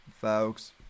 folks